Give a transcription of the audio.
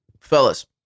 fellas